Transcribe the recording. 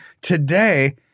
Today